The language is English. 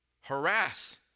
harass